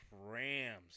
Rams